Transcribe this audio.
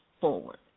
forward